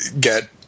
get